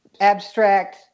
abstract